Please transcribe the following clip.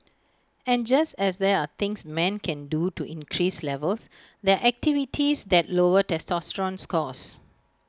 and just as there are things men can do to increase levels there are activities that lower testosterone scores